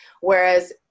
Whereas